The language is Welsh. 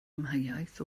amheuaeth